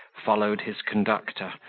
followed his conductor,